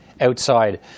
outside